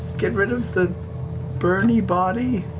get rid of the burn-y body?